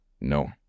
No